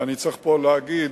ואני צריך פה להגיד,